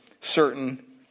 certain